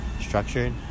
structured